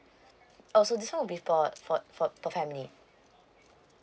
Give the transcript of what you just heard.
oh so this will be for for for family